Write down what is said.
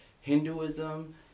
Hinduism